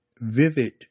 vivid